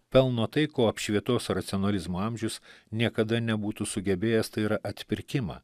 pelno tai ko apšvietos racionalizmo amžius niekada nebūtų sugebėjęs tai yra atpirkimą